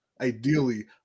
ideally